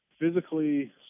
physically